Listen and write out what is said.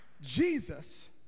Jesus